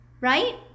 right